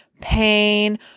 pain